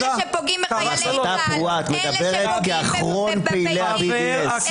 אלה שפוגעים בפעילים --- את מדברת כאחרון פעילי ה-BDS.